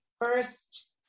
first